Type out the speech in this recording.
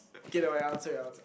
okay never mind you answer you answer